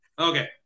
Okay